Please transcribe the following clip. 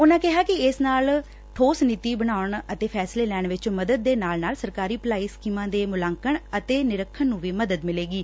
ਉਨਾਂ ਕਿਹਾ ਕਿ ਇਸ ਨਾਲ ਠੋਸ ਨੀਤੀ ਬਣਾਉਣ ਅਤੇ ਫੈਸਲੇ ਲੈਣ ਵਿਚ ਮਦਦ ਦੇ ਨਾਲ ਨਾਲ ਸਰਕਾਰੀ ਭਲਾਈ ਸਕੀਮਾਂ ਦੇ ਮੁਲਾਕਣ ਅਤੇ ਨਿਰੀਖਣ ਨੂੰ ਵੀ ਮਦਦ ਮਿਲੇਗੀ